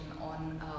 on